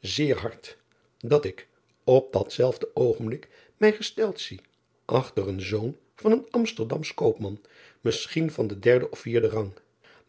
zeer hard dat ik op dat zelfde oogenblik mij gesteld zie achter een zoon van een msterdamsch koopman misschien van den derden of vierden rang